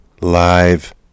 live